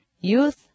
youth